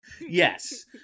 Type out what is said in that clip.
Yes